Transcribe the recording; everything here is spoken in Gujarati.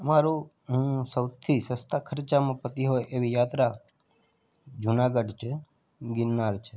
મારુ હં સૌથી સસ્તા ખર્ચમાં પતી હોય એવી યાત્રા જુનાગઢ છે ગિરનાર છે